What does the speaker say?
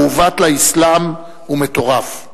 מעוות לאסלאם, ומטורף.